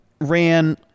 ran